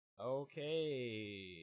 okay